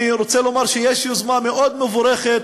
אני רוצה לומר שיש יוזמה מאוד מבורכת